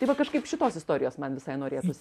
tai va kažkaip šitos istorijos man visai norėtųs